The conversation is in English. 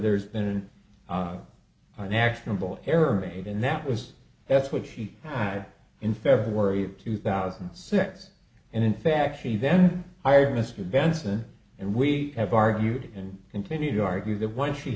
there's been unacceptable error made and that was that's what she had in february of two thousand and six and in fact she then hired mr benson and we have argued and continue to argue that once she